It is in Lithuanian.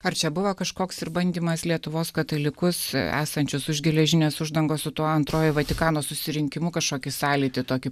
ar čia buvo kažkoks ir bandymas lietuvos katalikus esančius už geležinės uždangos su tuo antrojo vatikano susirinkimu kažkokį sąlytį tokį